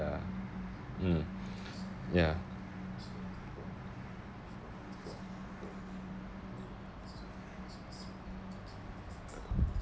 ya mm ya